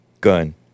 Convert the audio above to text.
gun